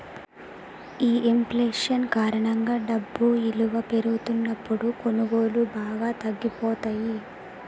ఈ ఇంఫ్లేషన్ కారణంగా డబ్బు ఇలువ పెరుగుతున్నప్పుడు కొనుగోళ్ళు బాగా తగ్గిపోతయ్యి